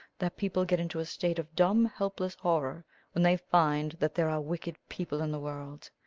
that people get into a state of dumb helpless horror when they find that there are wicked people in the world.